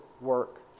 work